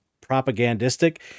propagandistic